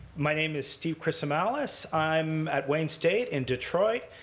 my name is steve chrisomalis. i'm at wayne state in detroit.